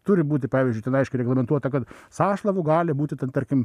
turi būti pavyzdžiui tenaiškiai reglamentuota kad sąšlavų gali būti ten tarkim